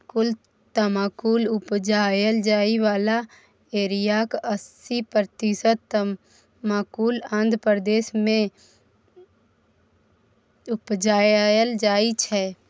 कुल तमाकुल उपजाएल जाइ बला एरियाक अस्सी प्रतिशत तमाकुल आंध्र प्रदेश मे उपजाएल जाइ छै